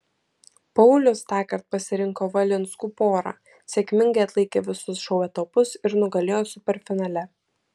paulius tąkart pasirinko valinskų porą sėkmingai atlaikė visus šou etapus ir nugalėjo superfinale